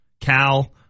Cal